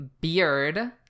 beard